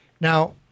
Now